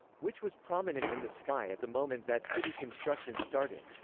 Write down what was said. which was prominent in the sky at the moment that city construction started.